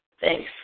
Thanks